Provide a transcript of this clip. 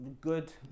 good